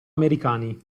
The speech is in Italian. americani